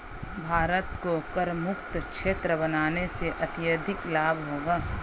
भारत को करमुक्त क्षेत्र बनाने से अत्यधिक लाभ होगा